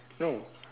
no